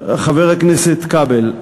חבר הכנסת כבל,